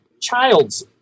child's